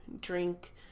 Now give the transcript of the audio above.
drink